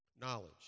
knowledge